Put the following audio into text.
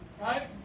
Right